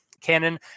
canon